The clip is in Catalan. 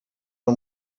del